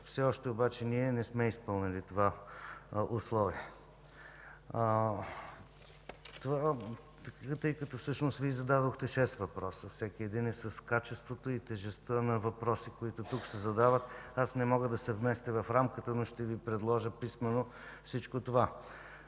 Все още обаче не сме изпълнили това условие. Тъй като всъщност Вие зададохте шест въпроса – всеки един е с качеството и тежестта на въпроси, които се задават тук, аз не мога да се вместя в рамката, но ще Ви предложа писмено всичко това.